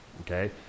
Okay